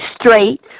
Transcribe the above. straight